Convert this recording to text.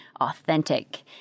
authentic